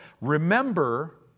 Remember